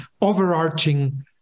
overarching